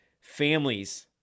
families